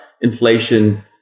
inflation